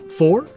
four